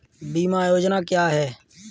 बीमा योजना क्या है?